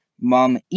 mom